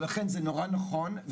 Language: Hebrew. לכן זה נכון מאוד,